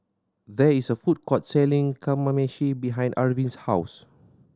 there is a food court selling Kamameshi behind Arvin's house